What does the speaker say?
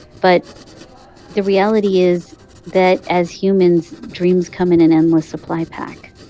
but the reality is that as humans, dreams come in an endless supply pack.